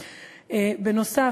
בנוסף,